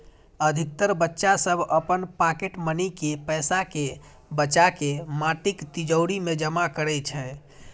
अधिकतर बच्चा सभ अपन पॉकेट मनी के पैसा कें बचाके माटिक तिजौरी मे जमा करै छै